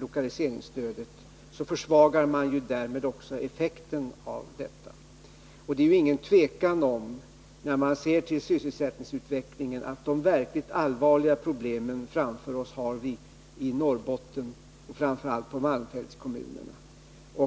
lokaliseringsstödet, därmed också försvagar effekten av detta stöd. Det är otvivelaktigt så att man när man ser på sysselsättningsutvecklingen finner, att de verkligt allvarliga problem som ligger framför oss gäller Norrbotten, framför allt malmfältskommunerna.